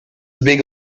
big